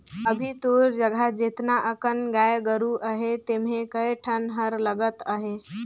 अभी तोर जघा जेतना अकन गाय गोरु अहे तेम्हे कए ठन हर लगत अहे